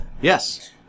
Yes